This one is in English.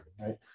right